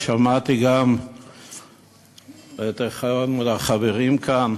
שמעתי גם את אחד החברים כאן.